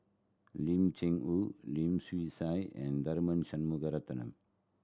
Lim Cheng Hoe Lim Swee Say and Tharman Shanmugaratnam